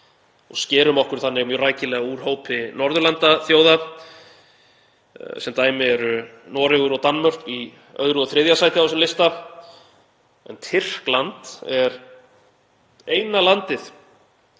og skerum okkur þannig mjög rækilega úr hópi Norðurlandaþjóða. Sem dæmi eru Noregur og Danmörk í öðru og þriðja sæti á þessum lista. Tyrkland er eina landið